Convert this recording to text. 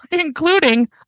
including